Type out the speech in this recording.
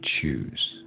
choose